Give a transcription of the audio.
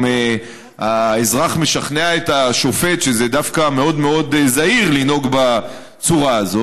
אם האזרח משכנע את השופט שזה דווקא מאוד מאוד זהיר לנהוג בצורה הזאת,